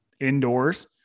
indoors